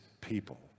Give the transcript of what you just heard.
people